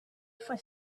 for